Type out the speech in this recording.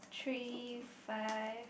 three five